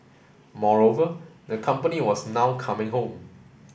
moreover the company was now coming home